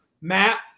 Matt